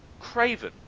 Craven